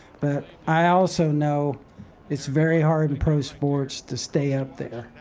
but i also know it's very hard pro sports to stay up there.